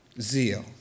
zeal